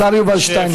השר יובל שטייניץ פה.